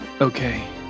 Okay